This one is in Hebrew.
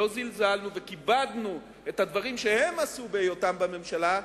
שלא זלזלנו וכיבדנו את הדברים שהם עשו בהיותם בממשלה,